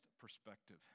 perspective